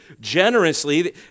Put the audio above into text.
generously